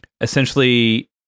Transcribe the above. essentially